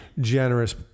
generous